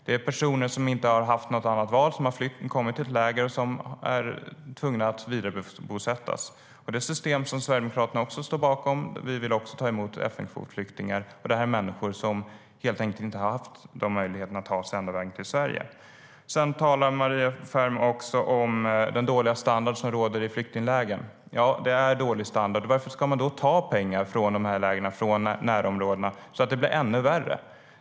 Det är personer som inte haft något annat val som flytt, som kommit till ett läger och som är tvungna att vidarebosättas. Det är ett system som Sverigedemokraterna står bakom. Vi vill ta emot FN:s kvotflyktingar, för det är människor som helt enkelt inte haft möjlighet att ta sig hela vägen till Sverige.Maria Ferm talar om den dåliga standard som råder i flyktinglägren. Ja, det är dålig standard, men varför ska man då ta pengar från lägren, från närområdena, så att det blir ännu värre?